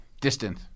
distant